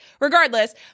Regardless